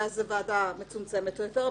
שאז זו ועדה מצומצמת יותר,